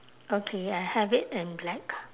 okay I have it in black